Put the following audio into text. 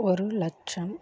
ஒரு லட்சம்